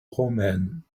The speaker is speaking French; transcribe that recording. romaine